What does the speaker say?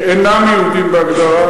שאינם יהודים בהגדרה,